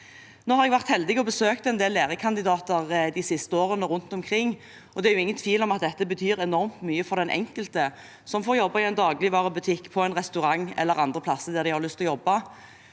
Jeg har vært heldig og besøkt en del lærekandidater rundt omkring de siste årene, og det er ingen tvil om at dette betyr enormt mye for den enkelte som får jobbe i en dagligvarebutikk, på en restaurant eller andre plasser der man har lyst til å jobbe.